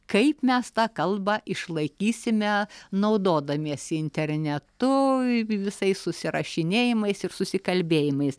kaip mes tą kalbą išlaikysime naudodamiesi internetu visais susirašinėjimais ir susikalbėjimas